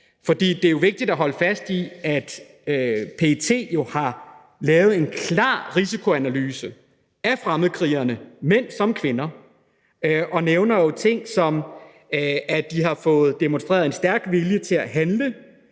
For det er jo vigtigt at holde fast i, at PET har lavet en klar risikoanalyse af fremmedkrigerne, mænd som kvinder, og nævner ting som, at de har fået demonstreret en stærk vilje til at handle,